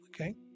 Okay